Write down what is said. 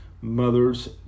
mothers